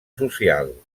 social